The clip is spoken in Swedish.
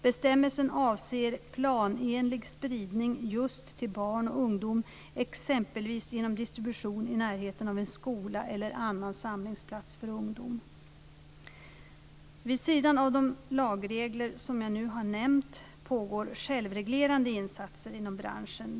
Bestämmelsen avser planenlig spridning just till barn och ungdom, exempelvis genom distribution i närheten av en skola eller annan samlingsplats för ungdom. Vid sidan av de lagregler som jag nu har nämnt pågår självreglerande insatser inom branschen.